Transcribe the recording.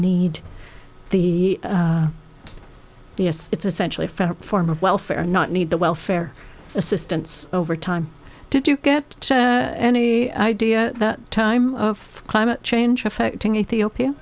need the b s it's essentially a federal form of welfare not need the welfare assistance over time did you get any idea at that time of climate change affecting ethiopia